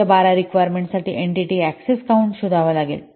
ज्या १२ रिक्वायरमेंट्साठी entity access count शोधावा लागेल